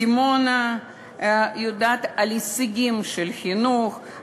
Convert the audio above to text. דימונה יודעת הישגים של חינוך,